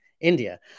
India